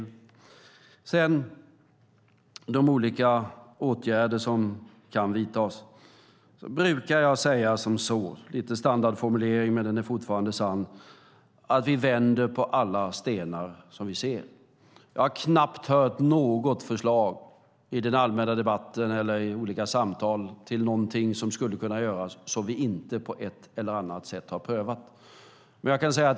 När det gäller de olika åtgärder som kan vidtas brukar jag säga som så - det är lite av en standardformulering, men den är fortfarande sann - att vi vänder på alla stenar som vi ser. Jag har i den allmänna debatten eller i olika samtal knappt hört något förslag på någonting som skulle kunna göras som vi inte på ett eller annat sätt redan har prövat.